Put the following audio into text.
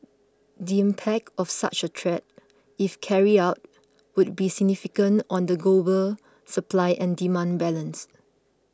the impact of such a threat if carried out would be significant on the global supply and demand balance